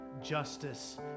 justice